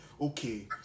okay